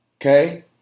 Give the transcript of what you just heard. Okay